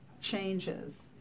Changes